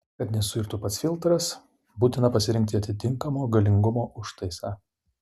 kad nesuirtų pats filtras būtina parinkti atitinkamo galingumo užtaisą